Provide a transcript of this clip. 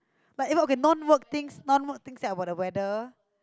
but it okay non work things non work things think about the weather